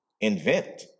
invent